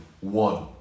one